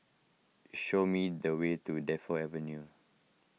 show me the way to Defu Avenue